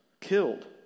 killed